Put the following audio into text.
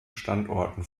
standorten